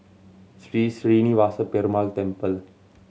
Sri Srinivasa Perumal Temple